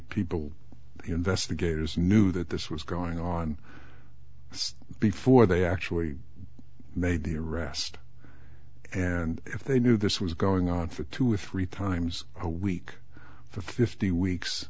people invest the gators knew that this was going on before they actually made the arrest and if they knew this was going on for two or three times a week for fifty weeks